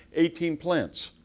eighteen plants,